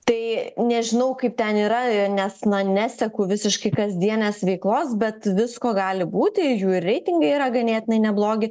tai nežinau kaip ten yra nes neseku visiškai kasdienės veiklos bet visko gali būti jų ir reitingai yra ganėtinai neblogi